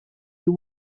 you